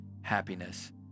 happiness